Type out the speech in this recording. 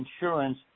insurance